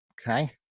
Okay